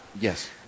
Yes